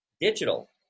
digital